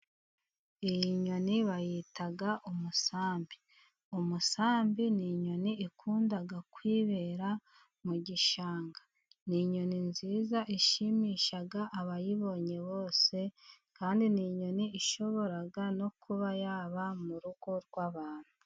Iyi inyoni bayita umusambi. Umusambi ni inyoni ikunda kwibera mu gishanga, ni inyoni nziza ishimisha abayibonye bose kandi ni inyoni ishobora no kuba yaba mu rugo rw'abantu.